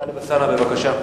טלב אלסאנע, בבקשה.